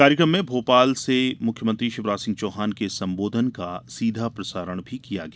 कार्यक्रम में भोपाल से मुख्यमंत्री शिवराज सिंह चौहान के संबोधन का सीधा प्रसारण किया गया